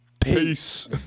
Peace